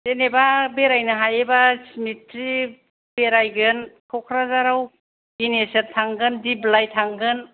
जेन'बा बेरायनो हायोबा सिमिट्रि बेरायगोन क'क्राझाराव बिनेशर थांगोन दिफ्लाइ थांगोन